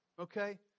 Okay